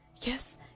Yes